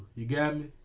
you got me?